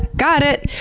got it!